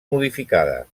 modificada